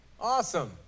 Awesome